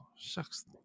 shucks